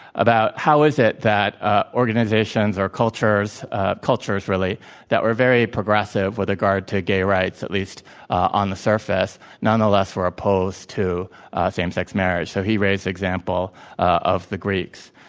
about how is it that ah organizations or cultures cultures, really that were very progressive with regard to g ay rights, at least on the surface, nonetheless were opposed to same sex marriage. so, he raised the example of the greeks.